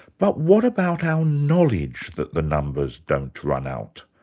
but what about our knowledge that the numbers don't run out?